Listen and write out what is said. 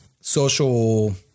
social